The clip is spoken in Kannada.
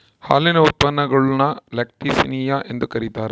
ಹಾಲಿನ ಉತ್ಪನ್ನಗುಳ್ನ ಲ್ಯಾಕ್ಟಿಸಿನಿಯ ಎಂದು ಕರೀತಾರ